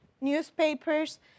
newspapers